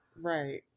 Right